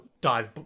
Dive